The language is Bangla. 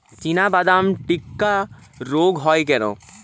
চিনাবাদাম টিক্কা রোগ হয় কেন?